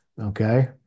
okay